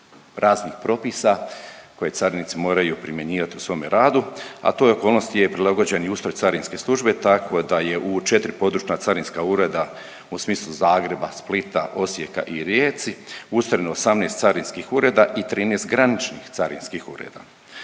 raznih propisa, koje carinici moraju primjenjivat u svome radu, a toj okolnosti je prilagođen i Ustav carinske službe tako da je u 4 područna carinska ureda u smislu Zagreba, Splita, Osijeka i Rijeci ustrojeno 18 carinskih ureda i 13 graničnih carinskih ureda.